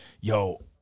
Yo